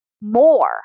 more